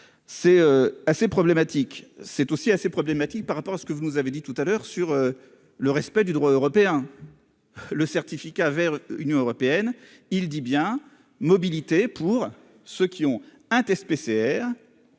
c'est assez problématique c'est aussi assez problématique par rapport à ce que vous nous avez dit tout à l'heure sur le respect du droit européen le certificat Vert, Union européenne, il dit bien mobilité pour ceux qui ont un test PCR